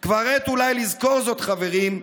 / כבר עת אולי לזכור זאת, חברים.